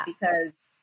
because-